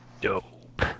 Dope